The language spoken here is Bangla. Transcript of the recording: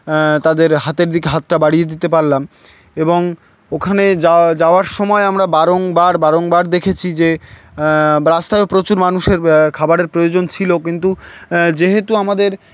তাদের হাতের দিকে হাতটা বাড়িয়ে দিতে পারলাম এবং ওখানে যা যাওয়ার সময় আমরা বারংবার বারংবার দেখেছি যে রাস্তায় প্রচুর মানুষের খাবারের প্রয়োজন ছিল কিন্তু যেহেতু আমাদের